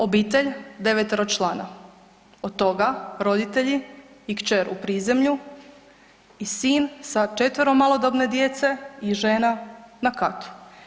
Obitelj 9-člana, od toga, roditelji i kćer u prizemlju, i sin sa 4 malodobne djece i žena na katu.